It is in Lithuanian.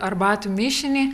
arbatų mišinį